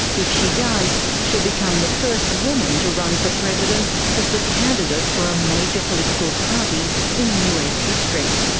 if she does, she'll become the first woman to run for president as the candidate for a major political party in us history.